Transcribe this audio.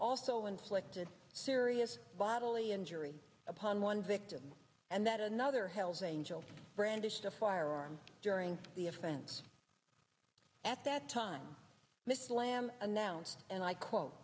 also inflicted serious bodily injury upon one victim and that another hells angel brandished a firearm during the offense at that time miss lamb announced and i quote